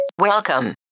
Welcome